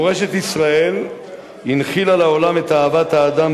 מורשת ישראל הנחילה לעולם את אהבת האדם